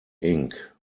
ink